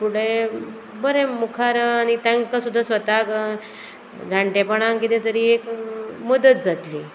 फुडें बरें मुखार आनी तांकां सुद्दां स्वताक जाणटेपणांक कितें तरी एक मदत जातली